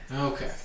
Okay